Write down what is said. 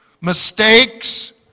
mistakes